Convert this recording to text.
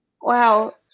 Wow